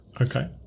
okay